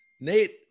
Nate